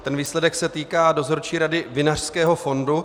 Ten výsledek se týká Dozorčí rady Vinařského fondu.